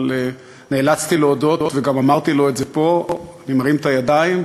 אבל נאלצתי להודות וגם אמרתי לו את זה פה: אני מרים ידיים,